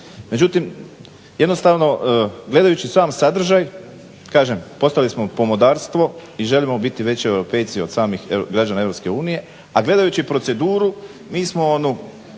Međutim jednostavno gledajući sam sadržaj kažem postali smo pomodarstvo i želimo biti veći europejci od samih građana EU a gledajući proceduru mi smo onu